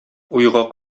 уйга